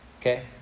Okay